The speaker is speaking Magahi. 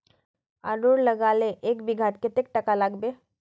आलूर लगाले एक बिघात कतेक टका लागबे?